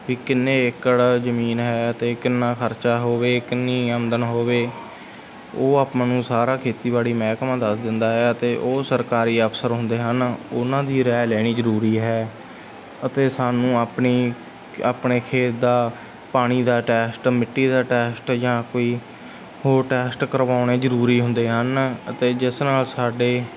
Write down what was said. ਵੀ ਕਿੰਨੇ ਏਕੜ ਜਮੀਨ ਹੈ ਅਤੇ ਕਿੰਨਾ ਖਰਚਾ ਹੋਵੇ ਕਿੰਨੀ ਆਮਦਨ ਹੋਵੇ ਉਹ ਆਪਾਂ ਨੂੰ ਸਾਰਾ ਖੇਤੀਬਾੜੀ ਮਹਿਕਮਾ ਦੱਸ ਦਿੰਦਾ ਹੈ ਅਤੇ ਉਹ ਸਰਕਾਰੀ ਅਫਸਰ ਹੁੰਦੇ ਹਨ ਉਹਨਾਂ ਦੀ ਰਾਏ ਲੈਣੀ ਜ਼ਰੂਰੀ ਹੈ ਅਤੇ ਸਾਨੂੰ ਆਪਣੀ ਆਪਣੇ ਖੇਤ ਦਾ ਪਾਣੀ ਦਾ ਟੈਸਟ ਮਿੱਟੀ ਦਾ ਟੈਸਟ ਜਾਂ ਕੋਈ ਹੋਰ ਟੈਸਟ ਕਰਵਾਉਣੇ ਜ਼ਰੂਰੀ ਹੁੰਦੇ ਹਨ ਅਤੇ ਜਿਸ ਨਾਲ ਸਾਡੇ